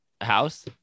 house